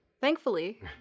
Thankfully